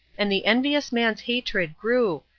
and the envious man's hatred grew,